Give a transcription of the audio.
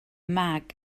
mag